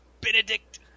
Benedict